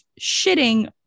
shitting